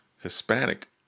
Hispanic